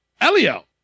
Elio